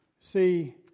See